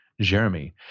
Jeremy